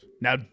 Now